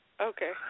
Okay